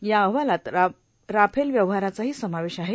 या अहवालात राफेल व्यवहाराचाही समावेश आहे